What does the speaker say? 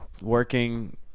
working